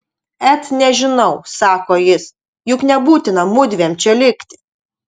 et nežinau sako jis juk nebūtina mudviem čia likti